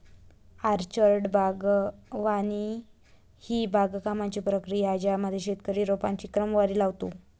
orchard बागवानी ही बागकामाची प्रक्रिया आहे ज्यामध्ये शेतकरी रोपांची क्रमवारी लावतो